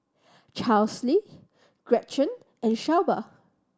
Chesley Gretchen and Shelba